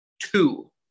Two